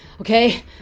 okay